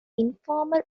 informal